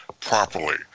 properly